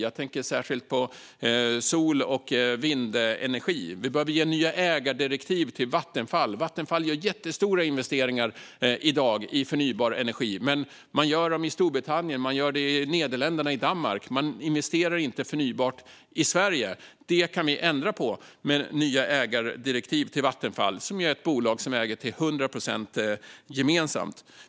Jag tänker särskilt på sol och vindenergi. Vi behöver ge nya ägardirektiv till Vattenfall. Vattenfall gör i dag jättestora investeringar i förnybar energi, men man gör dem i Storbritannien, i Nederländerna och i Danmark. Man investerar inte i förnybar energi i Sverige. Det kan vi ändra på med nya ägardirektiv till Vattenfall, som är ett bolag som vi till 100 procent äger gemensamt.